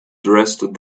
dressed